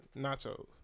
nachos